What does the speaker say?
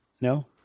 no